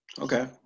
okay